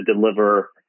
deliver